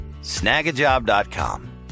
Snagajob.com